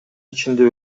ичинде